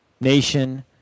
nation